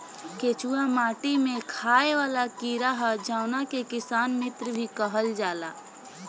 केचुआ माटी में खाएं वाला कीड़ा ह जावना के किसान मित्र भी कहल जाला